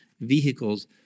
vehicles